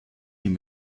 ihm